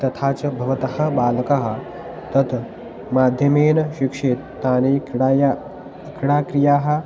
तथा च भवतः बालकः तत् माध्यमेन शिक्षेत् तानि क्रिडाया क्रिडाक्रियाः